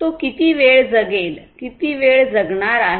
तो किती वेळ जगेल किती वेळ जगणार आहे